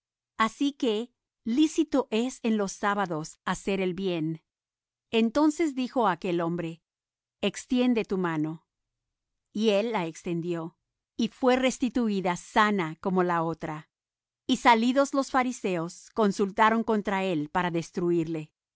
así que lícito es en los sábados hacer bien entonces dijo á aquel hombre extiende tu mano y él la extendió y fué restituída sana como la otra y salidos los fariseos consultaron contra él para destruirle